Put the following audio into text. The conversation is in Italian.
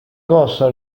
corso